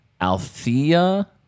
Althea